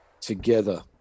together